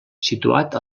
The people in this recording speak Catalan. situat